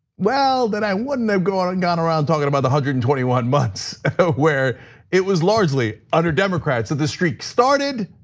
well, then i wouldn't have gone and gone around talking about the one hundred and twenty one months where it was largely under democrats that the streak started,